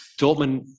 Dortmund